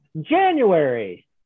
January